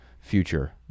future